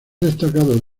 destacado